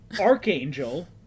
Archangel